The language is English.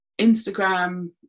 Instagram